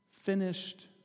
finished